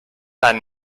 tant